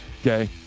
Okay